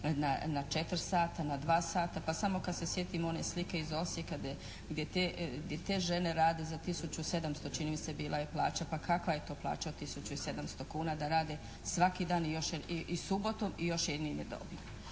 na 4 sata, na 2 sata, pa samo kad se sjetimo one slike iz Osijeka gdje te žene rade za tisuću 700, čini mi se bila je plaća. Pa kakva je to plaća od tisuću i 700 kuna, da rade svaki dan i još subotu i još je i ne dobiju?